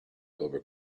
over